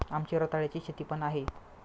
आमची रताळ्याची शेती पण आहे